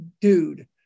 dude